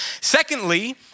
Secondly